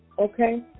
Okay